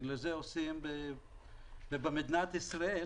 בגלל זה עושים במדינת ישראל